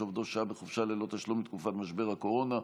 שעובדו שהה בחופשה ללא תשלום בתקופת משבר הקורונה),